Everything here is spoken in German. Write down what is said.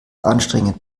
anstrengend